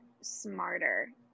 smarter